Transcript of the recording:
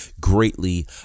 greatly